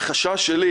החשש שלי